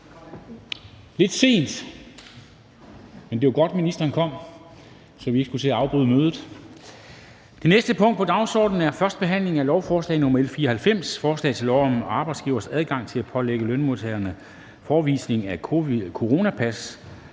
lidt sent, men det var godt, at ministeren kom, så vi ikke skulle til at afbryde mødet. --- Det næste punkt på dagsordenen er: 20) 1. behandling af lovforslag nr. L 94: Forslag til lov om arbejdsgiveres adgang til at pålægge lønmodtagere forevisning af coronapas,